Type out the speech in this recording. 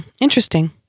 Interesting